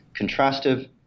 contrastive